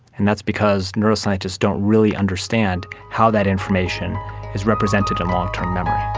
and that's because neuroscientists don't really understand how that information is represented in long-term memory.